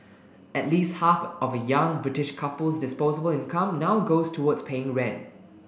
at least half of a young British couple's disposable income now goes towards paying rent